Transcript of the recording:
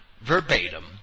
verbatim